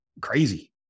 crazy